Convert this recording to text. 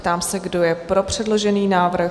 Ptám se, kdo je pro předložený návrh?